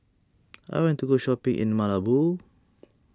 I want to go shopping in Malabo